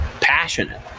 passionate